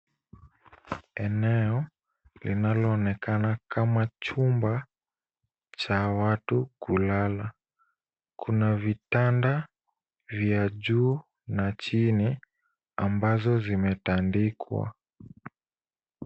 Eneo linaloonekana kama chumba cha watu kulala. Kuna vitanda vya juu na chini ambazo zimetandikwa.